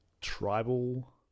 tribal